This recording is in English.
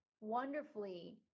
wonderfully